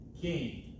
king